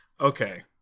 okay